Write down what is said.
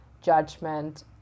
judgment